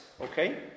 okay